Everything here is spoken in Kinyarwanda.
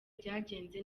byagenze